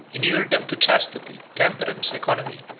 inured them to chastity, temperance, economy,